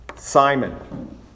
Simon